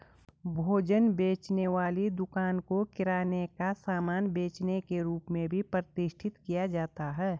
भोजन बेचने वाली दुकानों को किराने का सामान बेचने के रूप में प्रतिष्ठित किया जाता है